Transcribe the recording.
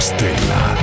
Stella